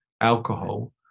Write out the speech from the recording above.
alcohol